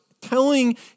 telling